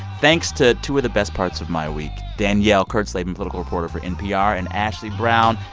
thanks to two of the best parts of my week danielle kurtzleben, political reporter for npr, and ashley brown,